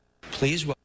Please